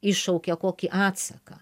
iššaukia kokį atsaką